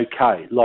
okay